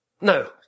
No